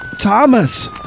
Thomas